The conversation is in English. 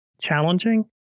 challenging